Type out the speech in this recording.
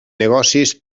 negocis